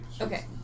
Okay